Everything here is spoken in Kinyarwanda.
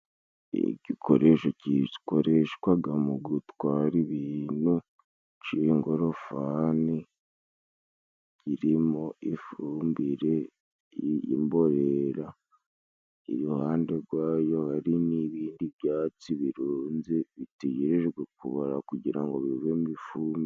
Igikoresho kikoreshwaga mu gutwara ibintu c'ingorofani, irimo ifumbire y'imborera iruhande rwayo hari n'ibindi byatsi birunze bitegerejwe kubora kugira ngo bivemo ifumbire.